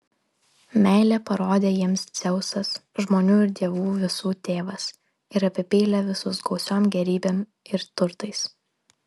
meilę parodė jiems dzeusas žmonių ir dievų visų tėvas ir apipylė visus gausiom gėrybėm ir turtais